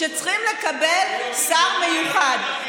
שצריכים לקבל שר מיוחד?